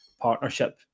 partnership